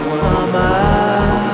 summer